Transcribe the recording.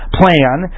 plan